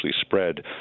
spread